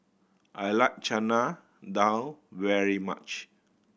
I like Chana Dal very much